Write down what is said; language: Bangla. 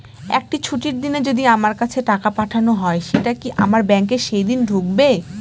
একটি ছুটির দিনে যদি আমার কাছে টাকা পাঠানো হয় সেটা কি আমার ব্যাংকে সেইদিন ঢুকবে?